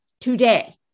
today